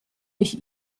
ich